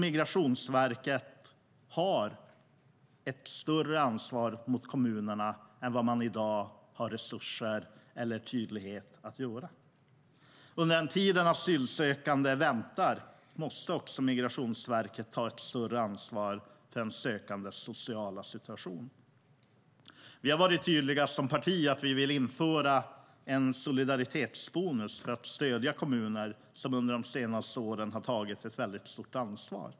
Migrationsverket har ett större ansvar gentemot kommunerna än man i dag har resurser för, och ansvaret gentemot kommunerna måste tydliggöras. Under den tid som asylsökande väntar måste Migrationsverket ta ett större ansvar för den sökandes sociala situation. Vi har varit tydliga som parti med att vi vill införa en solidaritetsbonus för att stödja kommuner som under de senaste åren har tagit ett mycket stort ansvar.